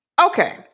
Okay